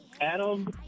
Adam